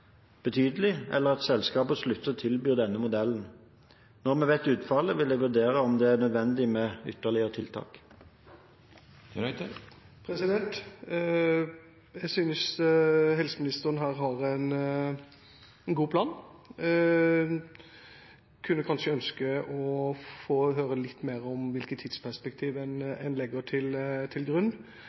betydelig, eller at selskapet slutter å tilby denne modellen. Når vi vet utfallet, vil jeg vurdere om det er nødvendig med ytterligere tiltak. Jeg synes helseministeren her har en god plan. Jeg kunne kanskje ønske å få høre litt mer om hvilket tidsperspektiv en legger til grunn.